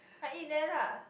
I eat there lah